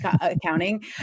accounting